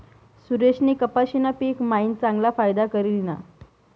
सुरेशनी कपाशीना पिक मायीन चांगला फायदा करी ल्हिना